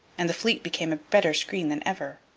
and the fleet became a better screen than ever.